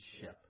ship